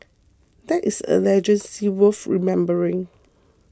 that is a legacy worth remembering